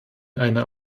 eine